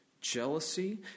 jealousy